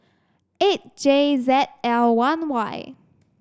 eight J Z L one Y